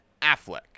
Affleck